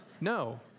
No